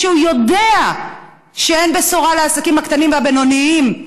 כשהוא יודע שאין בשורה לעסקים הקטנים והבינוניים,